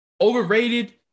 overrated